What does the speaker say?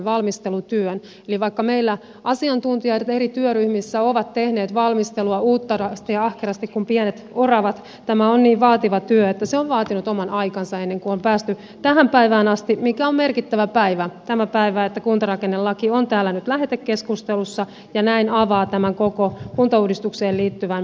vaikka meillä asiantuntijat eri työryhmissä ovat tehneet valmistelua uutterasti ja ahkerasti kuin pienet oravat tämä on niin vaativa työ että se on vaatinut oman aikansa ennen kuin on päästy tähän päivään asti mikä on merkittävä päivä tämä päivä että kuntarakennelaki on täällä nyt lähetekeskustelussa ja näin avaa tämän koko kuntauudistukseen liittyvän lakipaketin käsittelyyn